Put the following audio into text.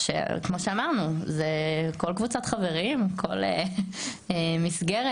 כמו שאמרנו, זה כל קבוצת חברים, כל מסגרת.